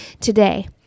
today